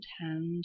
hand